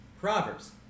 Proverbs